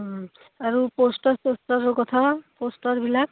আৰু প'ষ্টাৰ চষ্টাৰৰ কথা প'ষ্টাৰবিলাক